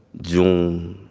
june